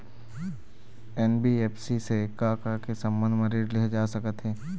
NBFC से का का के संबंध म ऋण लेहे जा सकत हे?